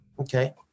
Okay